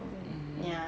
mm